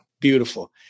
Beautiful